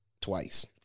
Twice